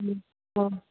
অঁ